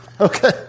Okay